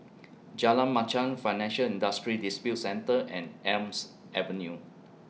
Jalan Machang Financial Industry Disputes Center and Elm's Avenue